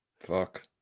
Fuck